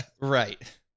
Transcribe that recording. Right